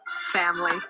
Family